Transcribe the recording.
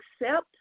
accept